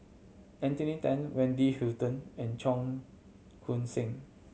Anthony Then Wendy Hutton and Cheong Koon Seng